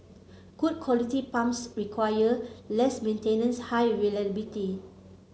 good quality pumps require less maintenance high reliability